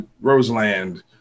roseland